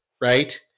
right